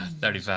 thirty five